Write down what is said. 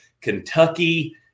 Kentucky